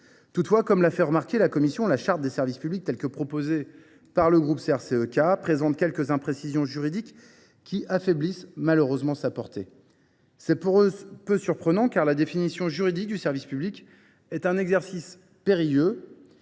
Toutefois, comme l’a fait remarquer la commission, cette charte, telle qu’elle est proposée par le groupe CRCE K, présente quelques imprécisions juridiques qui en affaiblissent malheureusement la portée. Ce n’est guère surprenant, tant la définition juridique du service public est un exercice périlleux.